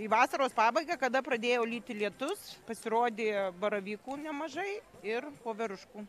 į vasaros pabaigą kada pradėjo lyti lietus pasirodė baravykų nemažai ir voveruškų